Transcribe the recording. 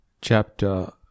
Chapter